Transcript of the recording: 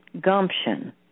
gumption